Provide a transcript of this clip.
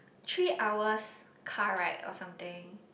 three hours car ride or something